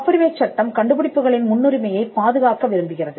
காப்புரிமைச் சட்டம் கண்டுபிடிப்புகளின் முன்னுரிமையைப் பாதுகாக்க விரும்புகிறது